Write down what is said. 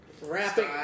wrapping